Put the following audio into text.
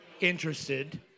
interested